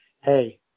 hey